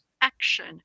action